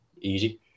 easy